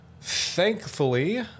Thankfully